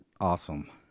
Awesome